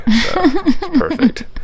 Perfect